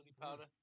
powder